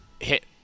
hit